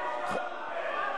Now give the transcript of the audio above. וחרפה.